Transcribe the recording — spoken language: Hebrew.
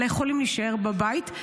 אלא יכולים להישאר בבית.